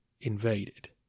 invaded